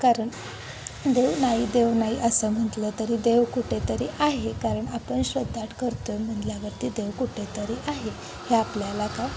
कारण देव नाही देव नाही असं म्हटलं तरी देव कुठेतरी आहे कारण आपण श्रद्धा करतो आहे म्हणल्यावरती देव कुठेतरी आहे ह्या आपल्याला का